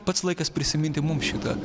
pats laikas prisiminti mums šitą